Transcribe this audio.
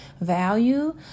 value